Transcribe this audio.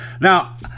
now